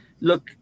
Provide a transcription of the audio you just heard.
look